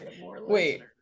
wait